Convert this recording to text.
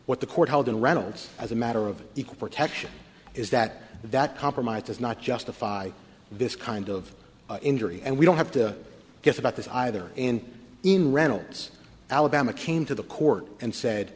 what the court held in reynolds as a matter of equal protection is that that compromise does not justify this kind of injury and we don't have to guess about this either and in reynolds alabama came to the court and said